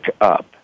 up